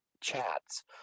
chats